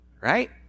Right